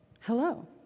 hello